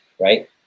right